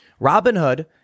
Robinhood